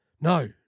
no